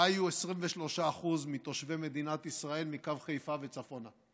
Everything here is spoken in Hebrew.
חיו 23% מתושבי מדינת ישראל מקו חיפה וצפונה.